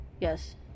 Yes